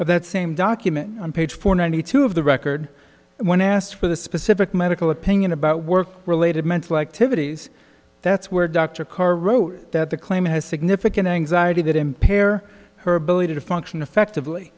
that same document on page four ninety two of the record when asked for the specific medical opinion about work related mental activities that's where dr carr wrote that the claim has significant anxiety that impair her ability to function effectively